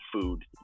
food